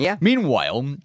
Meanwhile